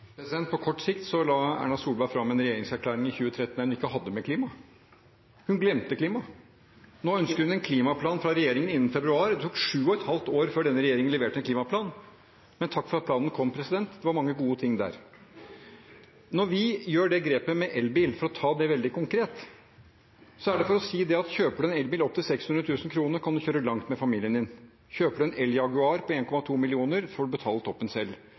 På kort sikt la Erna Solberg fram en regjeringserklæring i 2013 der hun ikke hadde med klima. Hun glemte klima. Nå ønsker hun en klimaplan fra regjeringen innen februar. Det tok sju og et halvt år før den forrige regjeringen leverte en klimaplan. Men takk for at planen kom, det var mange gode ting der. Når vi gjør grepet med elbil, for å ta det veldig konkret, er det for å si at kjøper man en elbil opp til 600 000 kr, kan man kjøre langt med familien sin. Kjøper man en el-Jaguar til 1,2 mill. kr, får man betale toppen selv.